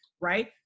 right